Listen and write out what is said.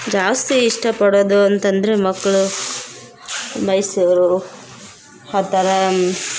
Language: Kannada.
ಜಾಸ್ತಿ ಇಷ್ಟಪಡೋದು ಅಂತಂದರೆ ಮಕ್ಕಳು ಮೈಸೂರು ಹಾ ಥರ